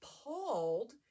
appalled